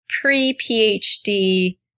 pre-PhD